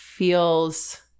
Feels